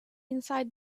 inside